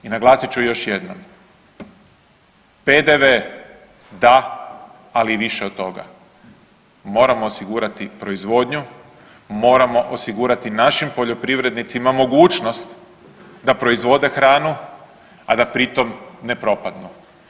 I naglasit ću još jednom PDV, ali i više od toga, moramo osigurati proizvodnju, moramo osigurati našim poljoprivrednicima mogućnost da proizvode hranu, a da pri tom ne propadnu.